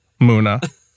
Muna